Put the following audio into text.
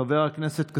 חבר הכנסת כסיף,